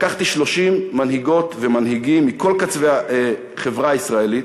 לקחתי 30 מנהיגות ומנהיגים מכל קצוות החברה הישראלית: